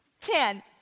ten